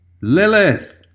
Lilith